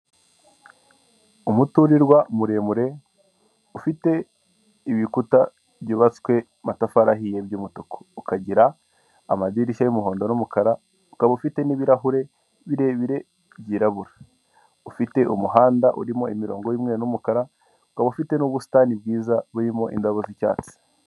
Umuturirwa muremure ufite ibikuta byubatswe amatafari ahiye y' umutuku ukagira amadirishya y'umuhondo n'umukara, ukaba ufite n'ibirahure birebire byirabura ufite umuhanda urimo imirongo y'umweru n'umukara uka ufite n'ubusitani bwiza burimo indabo z'icyatsi.